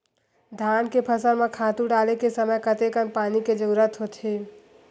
धान के फसल म खातु डाले के समय कतेकन पानी के जरूरत होथे?